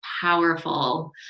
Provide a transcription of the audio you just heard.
powerful